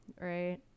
right